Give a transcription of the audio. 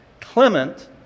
Clement